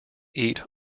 eat